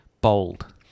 bold